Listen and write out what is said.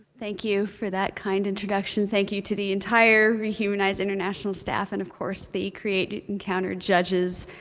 thank you for that kind introduction. thank you to the entire rehumanize international staff, and of course, the create encounter judges,